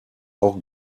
auch